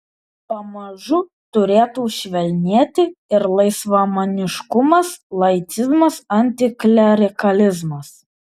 pamažu turėtų švelnėti ir laisvamaniškumas laicizmas antiklerikalizmas